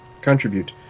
contribute